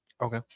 Okay